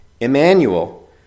Emmanuel